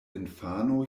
infano